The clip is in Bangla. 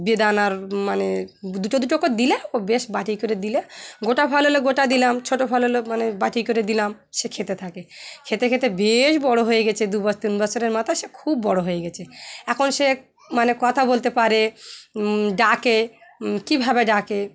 বেদানার মানে দুটো দুটো করে দিলে ও বেশ বাটি করে দিলে গোটা ফল হলে গোটা দিলাম ছোটো ফল হলো মানে বাটি করে দিলাম সে খেতে থাকে খেতে খেতে বেশ বড়ো হয়ে গেছে দু বছর তিন বছরের মাথায় সে খুব বড়ো হয়ে গেছে এখন সে মানে কথা বলতে পারে ডাকে কীভাবে ডাকে